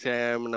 Sam